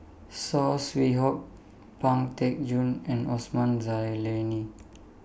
Saw Swee Hock Pang Teck Joon and Osman Zailani